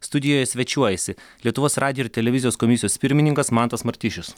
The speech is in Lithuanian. studijoje svečiuojasi lietuvos radijo ir televizijos komisijos pirmininkas mantas martišius